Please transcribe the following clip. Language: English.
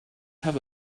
have